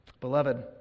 Beloved